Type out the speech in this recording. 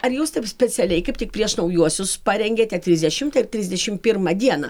ar jūs taip specialiai kaip tik prieš naujuosius parengėte trisdešimtą ir trisdešim pirmą dieną